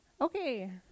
Okay